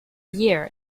year